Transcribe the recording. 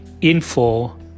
info